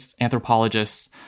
anthropologists